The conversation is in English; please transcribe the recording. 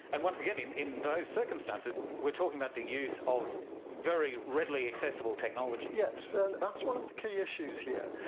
and once again, again, in those circumstances were talking about the use of very readily accessible technology. yes, and that's one of the key issues here,